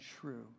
true